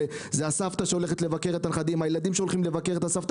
זו הסבתא שהולכת לבקר את הנכדים,